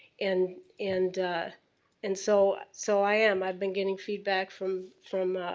and and and so so i am. i've been getting feedback from from